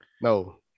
no